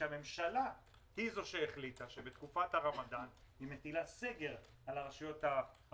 שהממשלה החליטה שבתקופת הרמדאן היא מטילה סגר עליהן.